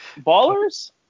Ballers